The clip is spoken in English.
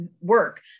work